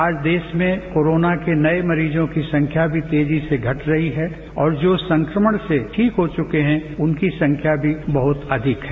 आज देश में कोरोना के नए मरीजों की संख्या भी तेजी से घट रही है और जो संक्रमण से ठीक हो चुके हैं उनकी संख्या भी बहुत अधिक है